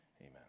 Amen